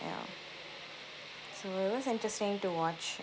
ya so it was interesting to watch